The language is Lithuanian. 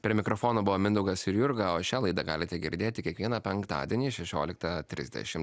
prie mikrofonų buvo mindaugas ir jurga o šią laidą galite girdėti kiekvieną penktadienį šešioliktą trisdešim